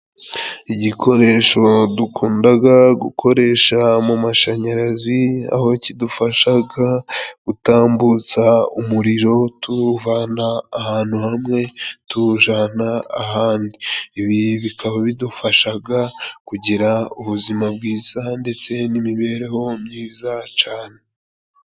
Igikoresho dukundaga gukoresha mu mashanyarazi aho kidufashaga gutambutsa umuriro tuwuvana ahantu hamwe tuwujana ahandi. Ibi bikaba bidufashaga kugira ubuzima bwiza ndetse n'imibereho myiza cane.